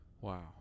Wow